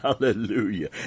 hallelujah